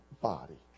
body